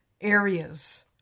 areas